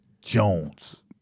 Jones